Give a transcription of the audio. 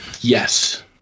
Yes